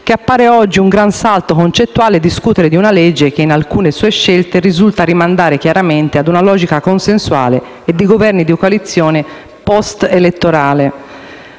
che appare oggi un gran salto concettuale discutere di una legge che in alcune sue scelte risulta rimandare chiaramente a una logica consensuale e di Governi di coalizione *post* elettorale.